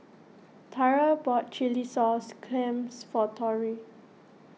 Tyra bought Chilli Sauce Clams for Lorrie